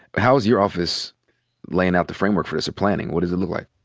how's your office laying out the framework for this or planning? what does it like?